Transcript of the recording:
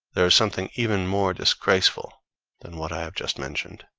there is something even more disgraceful than what i have just mentioned.